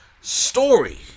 story